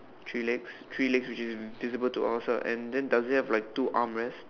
three legs three legs which is visible to all and also does it have two arm rest